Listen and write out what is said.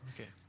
Okay